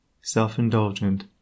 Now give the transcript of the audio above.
self-indulgent